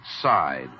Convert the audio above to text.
side